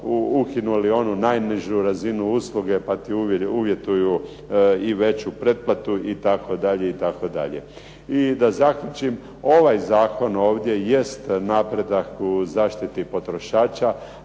ukinuli onu najnižu razinu usluge pa ti uvjetuju i veću pretplatu itd. I da zaključim, ovaj zakon ovdje jest napredak u zaštiti potrošača